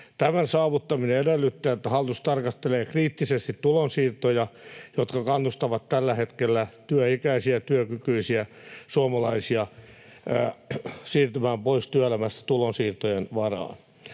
Tämän saavuttaminen edellyttää, että hallitus tarkastelee kriittisesti tulonsiirtoja, jotka kannustavat tällä hetkellä työikäisiä, työkykyisiä suomalaisia siirtymään pois työelämästä tulonsiirtojen varaan.